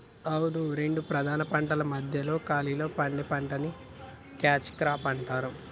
అవును రెండు ప్రధాన పంటల మధ్య ఖాళీలో పండే పంటని క్యాచ్ క్రాప్ అంటారు